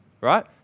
right